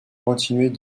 continuait